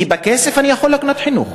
כי בכסף אני יכול לקנות חינוך,